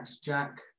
jack